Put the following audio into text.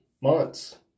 months